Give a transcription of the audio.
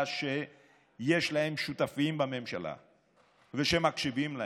שיש להם שותפים בממשלה ושמקשיבים להם.